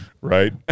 right